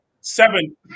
seven